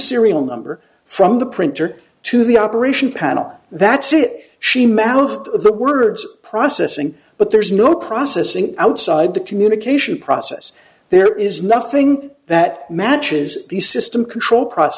serial number from the printer to the operation panel that's it she mouthed the words processing but there is no processing outside the communication process there is nothing that matches the system control pro